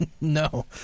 No